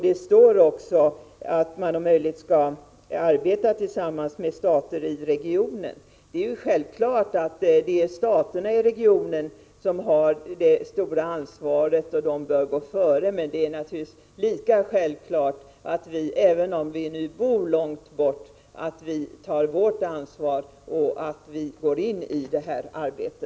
Det står i betänkandet att vi om möjligt skall arbeta tillsammans med stater i Stillahavs-regionen. Det är självklart att det är staterna i regionen som har det stora ansvaret och att de bör gå före. Det är emellertid lika självklart att vi i Sverige, även om vi bor långt bort, tar vårt ansvar och går in i detta arbete.